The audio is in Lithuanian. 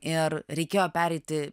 ir reikėjo pereiti